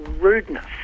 rudeness